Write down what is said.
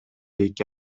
эки